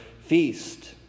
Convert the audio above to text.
feast